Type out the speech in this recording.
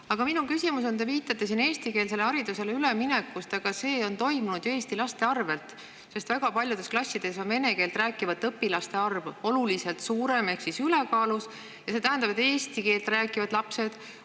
Aga minu küsimus on selline. Te viitate siin eestikeelsele haridusele üleminekule, aga see on toimunud ju eesti laste arvelt. Väga paljudes klassides on vene keelt rääkivate õpilaste arv oluliselt suurem ehk siis ülekaalus. See tähendab, et eesti keelt rääkivad lapsed